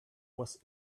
was